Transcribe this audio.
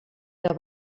que